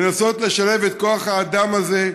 לנסות לשלב את כוח האדם הזה,